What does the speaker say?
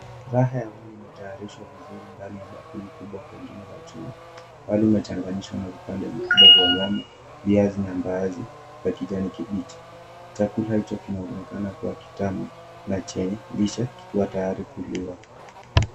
Raha ya wali imetaayarishwa vizuri ndani ya bakuli kubwa pengine la chuma. Wali umechanganyishwa na vipande vikubwa vya nyama, viazi na mbaazi za kijani kibichi. Chakula hicho kinaonekana kuwa kitamu na chenye lishe kikiwa tayari kuliwa.